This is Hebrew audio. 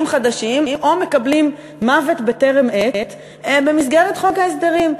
חדשים או מוות בטרם עת במסגרת חוק ההסדרים?